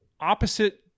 opposite